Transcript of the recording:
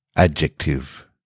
Adjective